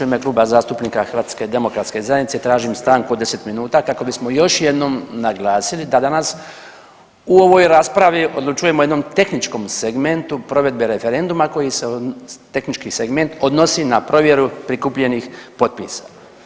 U ime Kluba zastupnika HDZ-a tražim stanku od 10 minuta kako bismo još jednom naglasili da danas u ovoj raspravi odlučujemo o jednom tehničkom segmentu provedbe referenduma, tehnički segment odnosi na provjeru prikupljenih potpisa.